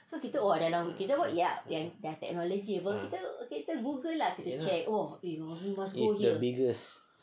ah it's the biggest